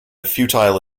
futile